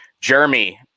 Jeremy